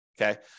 okay